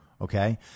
Okay